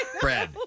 Bread